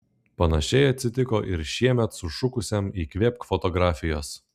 panašiai atsitiko ir šiemet sušukusiam įkvėpk fotografijos